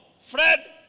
Fred